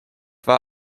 war